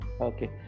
okay